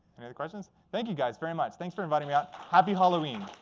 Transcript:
any other questions? thank you guys very much. thanks for inviting me out. happy halloween.